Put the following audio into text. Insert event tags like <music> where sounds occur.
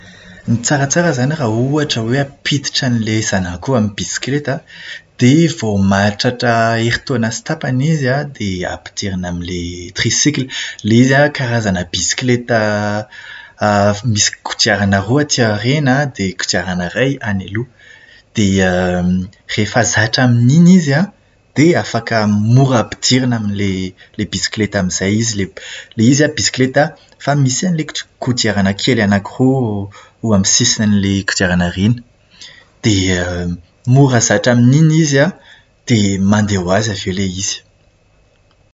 Ny tsaratsara izany raha ohatra hoe ampiditra an'ilay zanakao amin'ny bisikileta, dia vao mahatratra erintaona sy tapany izy an, dia ampidirina amin'ilay "tricycle". Ilay izy an, karazana bisikileta misy kodiarana roa aty aoriana dia kodiarana iray any aloha. Dia <hesitation> rehefa zatra amin'iny an, dia mora ampidirina amin'ilay ilay bisikileta amin'izay izy ilay- Ilay izy an, bisikileta fa misy an'ilay kodiarana kely anaky roa eo amin'ny sisin'ilay kodiarana aoriana. Dia mora zatra amin'iny izy an, dia mandeha ho azy avy eo ilay izy.